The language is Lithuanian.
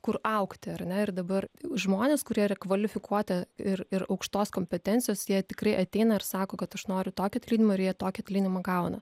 kur augti ar ne ir dabar žmonės kurie yra kvalifikuoti ir ir aukštos kompetencijos jie tikrai ateina ir sako kad aš noriu tokio atlyginimo ir jie tokį atlyginimą gauna